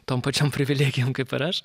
tom pačiom privilegijom kaip ir aš